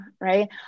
right